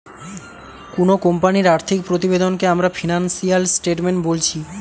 কুনো কোম্পানির আর্থিক প্রতিবেদনকে আমরা ফিনান্সিয়াল স্টেটমেন্ট বোলছি